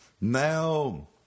Now